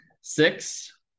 six